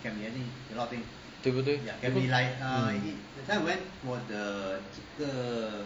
对不对 so mm